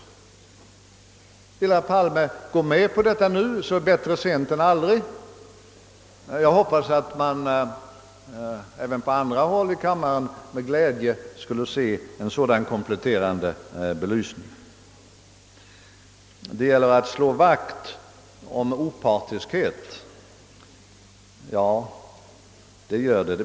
Vill herr Palme gå med på detta nu, så bättre sent än aldrig. Jag hoppas att även andra i kammaren med glädje skulle hälsa en sådan kompletterande belysning. Det gäller att slå vakt om opartiskhet — ja, det gör det.